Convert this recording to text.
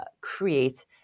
create